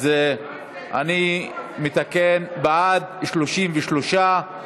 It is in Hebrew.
אז אני מתקן: בעד, 33,